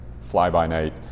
fly-by-night